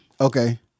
Okay